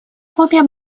кубе